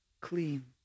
clean